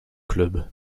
club